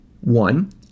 One